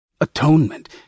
Atonement